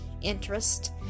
interest